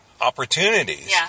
opportunities